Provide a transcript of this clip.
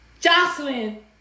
Jocelyn